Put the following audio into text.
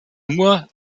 nur